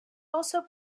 also